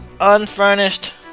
unfurnished